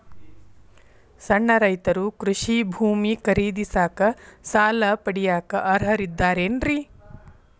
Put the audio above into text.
ಸಣ್ಣ ರೈತರು ಕೃಷಿ ಭೂಮಿ ಖರೇದಿಸಾಕ, ಸಾಲ ಪಡಿಯಾಕ ಅರ್ಹರಿದ್ದಾರೇನ್ರಿ?